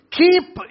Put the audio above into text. keep